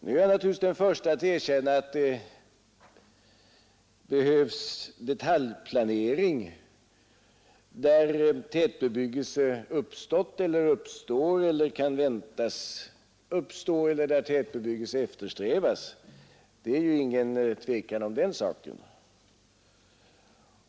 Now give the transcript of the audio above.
Nu är jag naturligtvis den förste att erkänna att det behövs detaljplanering där tätbebyggelse uppstått eller uppstår eller kan väntas uppstå eller där tätbebyggelse eftersträvas. Det råder ingen tvekan om den saken.